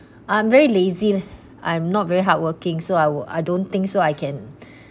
I'm very lazy leh I'm not very hardworking so I would I don't think so I can